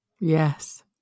Yes